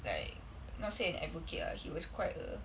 like not say an advocate lah he was quite a